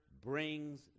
brings